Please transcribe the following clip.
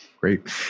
Great